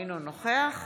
אינו נוכח